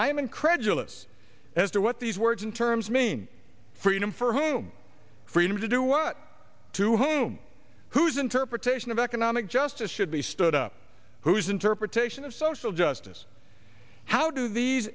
i am incredulous as to what these words in terms mean freedom for whom freedom to do what to whom whose interpretation of economic justice should be stood up whose interpretation of social justice how do these